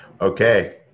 Okay